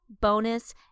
bonus